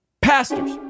pastors